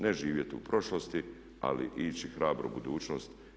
Ne živjeti u prošlosti ali ići hrabro u budućnost.